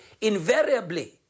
invariably